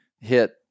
hit